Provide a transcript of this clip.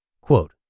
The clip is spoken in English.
Quote